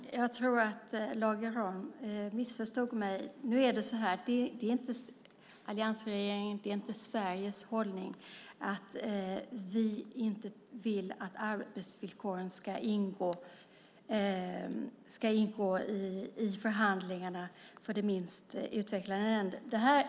Fru talman! Jag tror att Lage Rahm missförstod mig. Det är inte alliansregeringens eller Sveriges hållning att vi inte vill att arbetsvillkoren ska ingå i förhandlingarna för de minst utvecklade länderna.